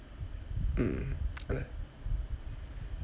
um